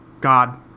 God